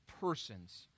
persons